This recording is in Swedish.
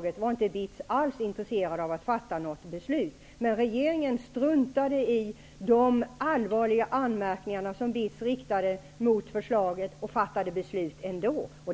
BITS var inte intresserad av att fatta beslut med det underlaget. Men regeringen struntade i de allvarliga anmärkningarna som BITS riktade mot förslaget och fattade ändå beslut.